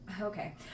okay